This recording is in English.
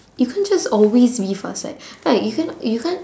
you can't just always be fast like like you cannot you can't